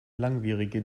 langwierige